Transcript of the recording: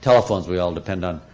telephones we all depend on.